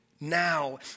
Now